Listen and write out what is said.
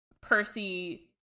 Percy